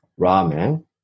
ramen